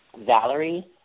Valerie